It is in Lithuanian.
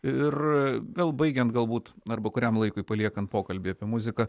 ir gal baigiant galbūt arba kuriam laikui paliekant pokalbį apie muziką